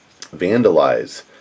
Vandalize